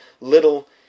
little